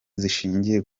zishingiye